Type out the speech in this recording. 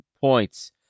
points